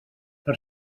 per